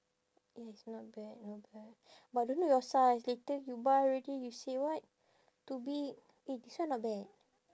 yes not bad not bad but don't know your size later you buy already you say what too big eh this one not bad